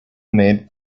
made